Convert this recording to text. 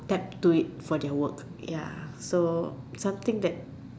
tapped to it for their work so something that